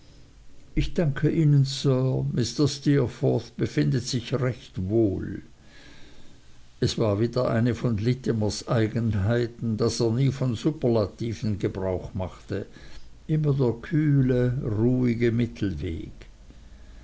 ich danke ihnen sir mr steerforth befindet sich recht wohl es war wieder eine von littimers eigenheiten daß er nie von superlativen gebrauch machte immer der kühle ruhige mittelweg